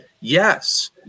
Yes